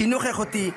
חינוך איכותי,